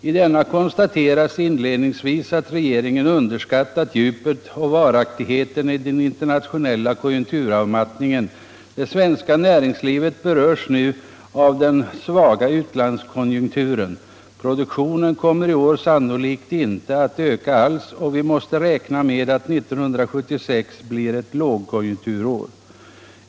I denna konstateras inledningsvis att regeringen underskattat djupet och varaktigheten i den internationella konjunkturavmattningen. Det svenska näringslivet berörs nu av den svaga utlandskonjunkturen. Produktionen kommer i år sannolikt inte att öka alls, och vi måste räkna med att 1976 blir ett lågkonjunkturår.